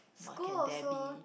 what can they be